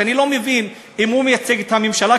שאני לא מבין אם הוא מייצג את הממשלה,